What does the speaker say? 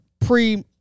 pre